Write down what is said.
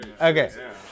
Okay